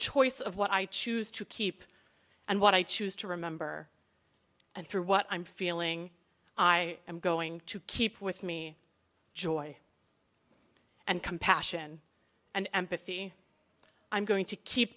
choice of what i choose to keep and what i choose to remember and through what i'm feeling i am going to keep with me joy and compassion and empathy i'm going to keep